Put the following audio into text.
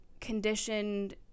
conditioned